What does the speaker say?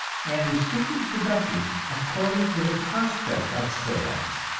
and restricting production according to the prospect of sales.